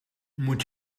moet